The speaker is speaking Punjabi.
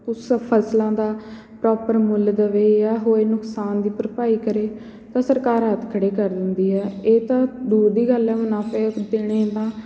ਕੁਛ ਫ਼ਸਲਾਂ ਦਾ ਪਰੋਪਰ ਮੁੱਲ ਦੇਵੇ ਜਾਂ ਹੋਏ ਨੁਕਸਾਨ ਦੀ ਭਰਪਾਈ ਕਰੇ ਤਾਂ ਸਰਕਾਰ ਹੱਥ ਖੜ੍ਹੇ ਕਰ ਦਿੰਦੀ ਹੈ ਇਹ ਤਾਂ ਦੂਰ ਦੀ ਗੱਲ ਹੈ ਮੁਨਾਫ਼ੇ ਦੇਣੇ ਤਾਂ